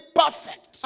perfect